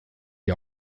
die